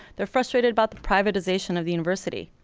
they're frustrated about the privatization of the university.